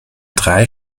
drei